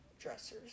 dressers